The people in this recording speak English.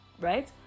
right